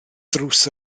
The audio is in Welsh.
ddrws